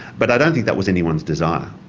but i don't think that was anyone's desire,